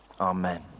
Amen